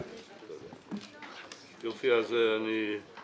שלום לכולם, שמח